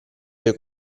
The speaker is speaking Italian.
tuoi